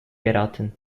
geraten